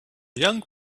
young